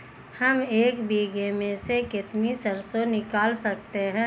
हम एक बीघे में से कितनी सरसों निकाल सकते हैं?